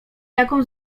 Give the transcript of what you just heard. jaką